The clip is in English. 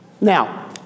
now